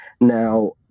now